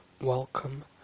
welcome